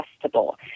adjustable